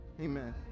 Amen